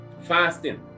Fasting